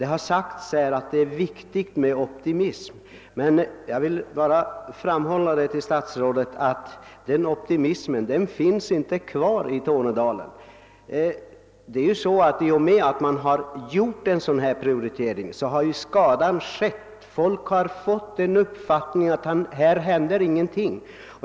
Det har sagts här att det är viktigt med optimism. Jag vill bara framhålla för statsrådet, att någon optimism finns inte kvar i Tornedalen. Genom att en sådan här prioritering har gjorts är skadan redan skedd. Folk har fått den uppfattningen att i Tornedalen händer ingenting.